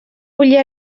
bullir